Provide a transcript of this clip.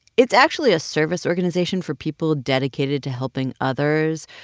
it's actually a service organization for people dedicated to helping others.